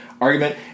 argument